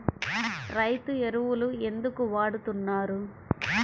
రైతు ఎరువులు ఎందుకు వాడుతున్నారు?